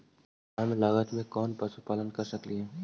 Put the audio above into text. कम लागत में कौन पशुपालन कर सकली हे?